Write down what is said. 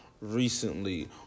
recently